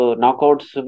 knockouts